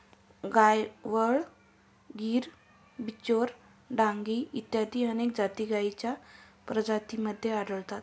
गायवळ, गीर, बिचौर, डांगी इत्यादी अनेक जाती गायींच्या प्रजातींमध्ये आढळतात